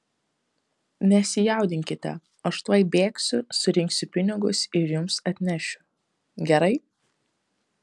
nesijaudinkite aš tuoj bėgsiu surinksiu pinigus ir jums atnešiu gerai